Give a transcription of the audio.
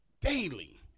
Daily